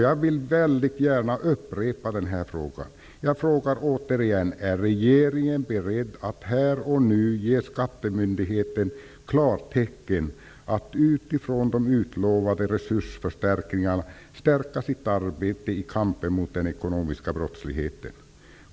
Jag vill därför gärna upprepa frågan: Är regeringen beredd att här och nu ge skattemyndigheterna klartecken att, utifrån de utlovade resursförstärkningarna, stärka sitt arbete i kampen mot den ekonomiska brottsligheten?